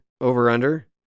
over-under